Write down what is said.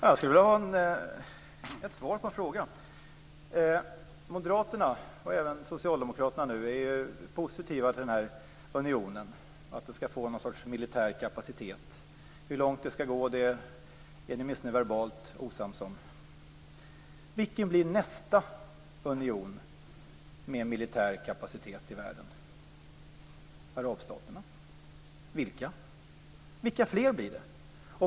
Herr talman! Jag skulle vilja ha ett svar på en fråga. Moderaterna och även socialdemokraterna är positiva till att unionen skall få någon sorts militär kapacitet. Hur långt det skall gå är ni åtminstone verbalt osams om. Vilken blir nästa union med militär kapacitet i världen? Arabstaterna? Vilka? Vilka fler blir det?